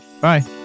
Bye